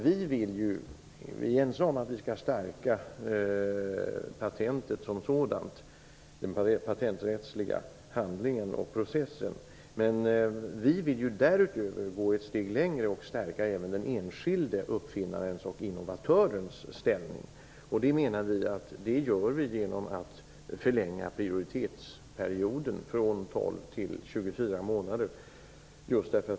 Vi är ense om att vi skall stärka patentet som sådant - den patentsrättsliga handlingen och processen - men vi vill därutöver gå ett steg längre och stärka även den enskilde uppfinnarens och innovatörens ställning. Det menar vi att vi gör genom att förlänga prioritetsperioden från 12 till 24 månader.